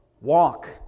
walk